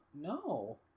no